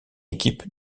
équipe